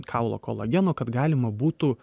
kaulo kolageno kad galima būtų